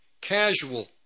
casual